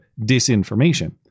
disinformation